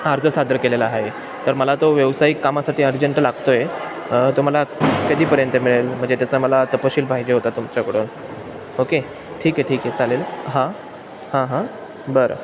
अर्ज सादर केलेला आहे तर मला तो व्यावसायिक कामासाठी अर्जंट लागतो आहे तो मला कधीपर्यंत मिळेल म्हणजे त्याचा मला तपशील पाहिजे होता तुमच्याकडून ओके ठीक आहे ठीक आहे चालेल हां हां हां बरं